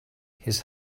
his